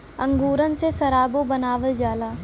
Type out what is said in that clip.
अंगूरन से सराबो बनावल जाला